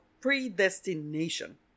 predestination